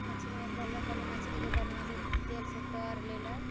मछरीमे पहिले पहिले मछरीके बढ़िआँसँ तेलसँ तर लेलै